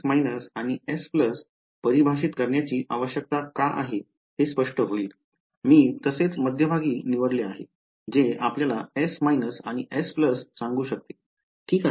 आता मला हे S आणि S परिभाषित करण्याची आवश्यकता का आहे हे स्पष्ट होईल मी तसेच मध्यभागी निवडले आहे जे आपल्याला S आणि S सांगू शकते ठीक आहे